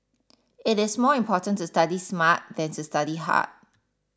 it is more important to study smart than to study hard